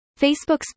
Facebook's